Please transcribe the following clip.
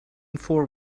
four